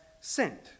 sent